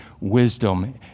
wisdom